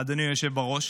אדוני היושב-ראש,